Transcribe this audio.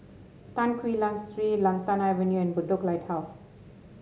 Tan Quee Lan Street Lantana Avenue and Bedok Lighthouse